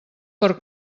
per